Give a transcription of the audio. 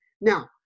Now